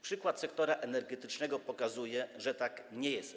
Przykład sektora energetycznego pokazuje, że tak nie jest.